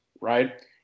right